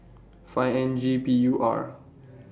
five N G P U R